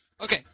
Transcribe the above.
Okay